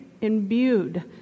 imbued